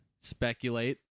speculate